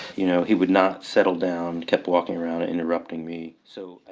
you know he would not settle down, kept walking around and interrupting me. so.